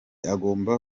agomba